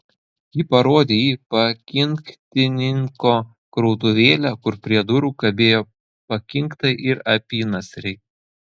ji parodė į pakinktininko krautuvėlę kur prie durų kabėjo pakinktai ir apynasriai